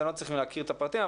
אתם לא צריכים להכיר את הפרטים.